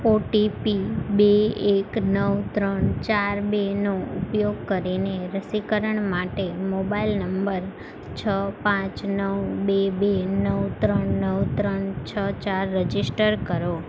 OTP બે એક નવ ત્રણ ચાર બેનો ઉપયોગ કરીને રસીકરણ માટે મોબાઈલ નંબર છ પાંચ નવ બે બે નવ ત્રણ નવ ત્રણ છ ચાર રજિસ્ટર કરો